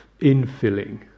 infilling